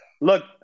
look